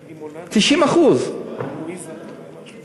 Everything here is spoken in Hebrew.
90%. באנו לשנות.